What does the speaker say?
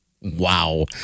Wow